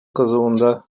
кызуында